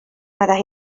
meddai